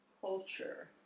culture